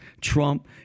Trump